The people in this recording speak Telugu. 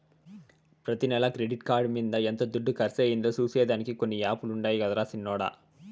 ప్రతి నెల క్రెడిట్ కార్డు మింద ఎంత దుడ్డు కర్సయిందో సూసే దానికి కొన్ని యాపులుండాయి గదరా సిన్నోడ